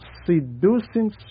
seducing